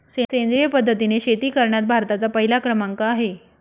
सेंद्रिय पद्धतीने शेती करण्यात भारताचा पहिला क्रमांक आहे